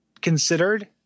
considered